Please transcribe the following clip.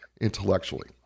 intellectually